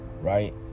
right